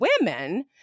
women